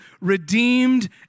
redeemed